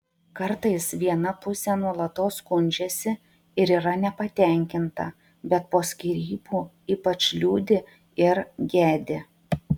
kartais viena pusė nuolatos skundžiasi ir yra nepatenkinta bet po skyrybų ypač liūdi ir gedi